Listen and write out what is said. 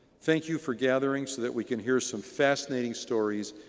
thank you for gathering so that we can hear some fascinationg stories,